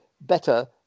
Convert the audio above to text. better